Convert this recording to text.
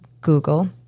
Google